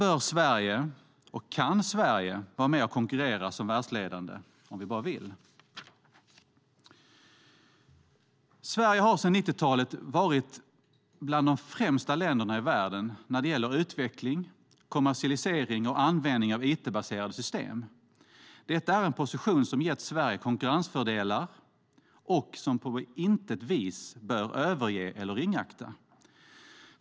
Här bör Sverige vara med och konkurrera som världsledande, och vi kan vara det - om vi bara vill. Sverige har sedan 90-talet varit bland de främsta länderna i världen när det gäller det första området, alltså utveckling, kommersialisering och användning av it-baserade system. Detta är en position som har gett Sverige konkurrensfördelar och som vi på intet vis bör överge eller ringakta.